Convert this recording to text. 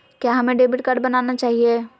क्या हमें debit card बनाना चाहिए?